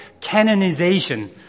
canonization